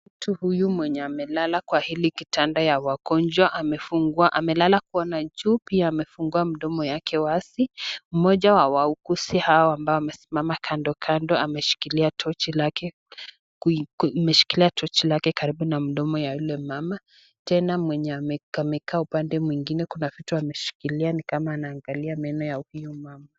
Mtu huyu mwenye amelala kwa hili kitanda la wagonjwa akiona juu amefungua mdomo wake wazi. Mmoja wa wauguzi hawa ambao wamesimama kando kando ameshikilia tochi lake karibu na mdomo ya yule mama. Tena mwenye amekaa upande mwingine kuna vitu ameshikilia ni kama anaangalia meno ya huyu mama.